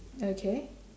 okay